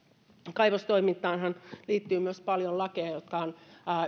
kaivostoimintaanhan liittyy myös paljon lakeja jotka ovat